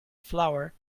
flour